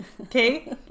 Okay